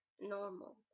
normal